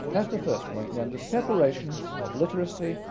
that is the first point-the and separation of literacy,